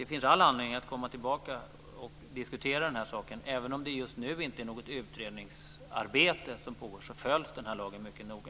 Det finns all anledning att komma tillbaka och diskutera saken, även om det just nu inte pågår något utredningsarbete följs lagen mycket noga.